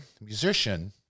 musician